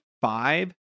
five